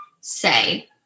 say